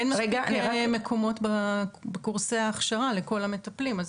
אין מספיק מקומות בקורסי ההכשרה לכל המטפלים אז